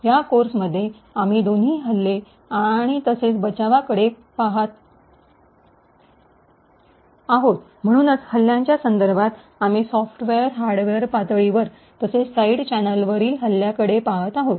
या कोर्समध्ये आम्ही दोन्ही हल्ले तसेच बचावांकडे पहात आहोत म्हणूनच हल्ल्यांच्या संदर्भात आम्ही सॉफ्टवेअर हार्डवेअर पातळीवर तसेच साइड चॅनेलवरील हल्ल्यांकडे पाहत आहोत